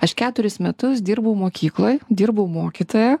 aš keturis metus dirbau mokykloj dirbau mokytoja